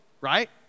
right